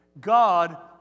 God